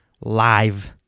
live